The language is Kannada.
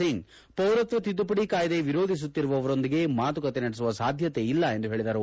ಸಿಂಗ್ ಪೌರತ್ವ ತಿದ್ದುಪಡಿ ಕಾಯಿದೆ ವಿರೋಧಿಸುತ್ತಿರುವವರೊಂದಿಗೆ ಮಾತುಕತೆ ನಡೆಸುವ ಸಾಧ್ಯತೆ ಇಲ್ಲ ಎಂದು ಹೇಳಿದರು